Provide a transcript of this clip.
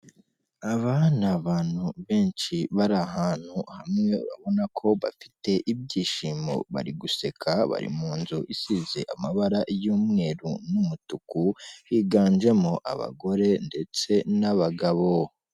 Aba ni abantu benshi bari ahantu hamwe urababona ko bafite ibyishimo bari guseka bari mu nzu isize amabara y'umweru n'umutuku higanjemo abagore ndetse n'abagabo.